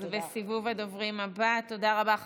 תודה.